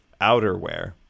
outerwear